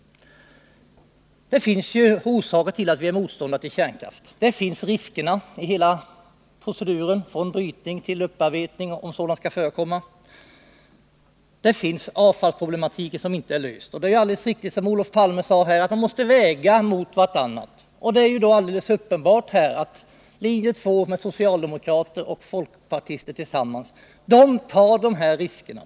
Det finns orsaker till att vi är motståndare till kärnkraften. Det är riskerna i hela proceduren, från brytning till upparbetning — om sådan skall förekomma. Det är avfallsproblemen, som inte är lösta. Det är alldeles riktigt, som Olof Palme sade, att man måste väga riskerna och fördelarna mot varandra. Det är då helt uppenbart att linje 2, med socialdemokrater och folkpartister tillsammans, tar dessa risker.